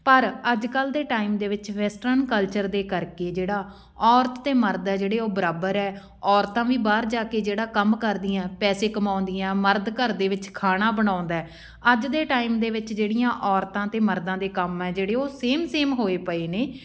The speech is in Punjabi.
ਪਰ ਅੱਜ ਕੱਲ੍ਹ ਦੇ ਟਾਈਮ ਦੇ ਵਿੱਚ ਵੈਸਟਰਨ ਕਲਚਰ ਦੇ ਕਰਕੇ ਜਿਹੜਾ ਔਰਤ ਅਤੇ ਮਰਦ ਹੈ ਜਿਹੜੇ ਉਹ ਬਰਾਬਰ ਹੈ ਔਰਤਾਂ ਵੀ ਬਾਹਰ ਜਾ ਕੇ ਜਿਹੜਾ ਕੰਮ ਕਰਦੀਆਂ ਪੈਸੇ ਕਮਾਉਂਦੀਆਂ ਮਰਦ ਘਰ ਦੇ ਵਿੱਚ ਖਾਣਾ ਬਣਾਉਂਦਾ ਅੱਜ ਦੇ ਟਾਈਮ ਦੇ ਵਿੱਚ ਜਿਹੜੀਆਂ ਔਰਤਾਂ ਅਤੇ ਮਰਦਾਂ ਦੇ ਕੰਮ ਆ ਜਿਹੜੇ ਉਹ ਸੇਮ ਸੇਮ ਹੋਏ ਪਏ ਨੇ